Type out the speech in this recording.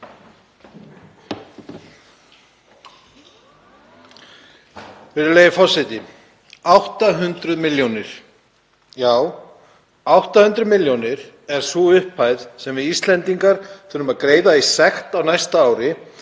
Virðulegi forseti. 800 milljónir. Já, 800 milljónir er sú upphæð sem við Íslendingar þurfum að greiða í sekt á næsta ári